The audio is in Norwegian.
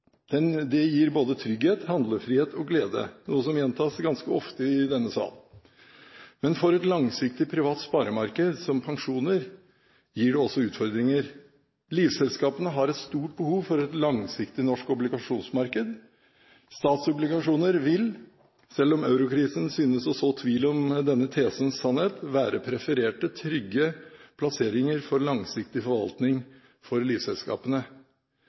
Den norske stat er rik. Det gir både trygghet, handlefrihet og glede, noe som gjentas ganske ofte i denne sal. Men for et langsiktig privat sparemarked, som pensjoner, gir det også utfordringer. Livselskapene har et stort behov for et langsiktig norsk obligasjonsmarked. Statsobligasjoner vil, selv om eurokrisen synes å så tvil om denne tesens sannhet, være prefererte, trygge plasseringer for langsiktig forvaltning for livselskapene.